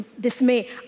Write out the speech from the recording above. dismay